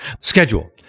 Schedule